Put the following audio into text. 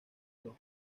los